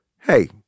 hey